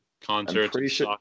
concerts